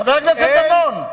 חבר הכנסת דנון.